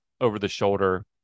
over-the-shoulder